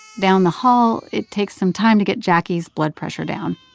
down the hall, it takes some time to get jacquie's blood pressure down.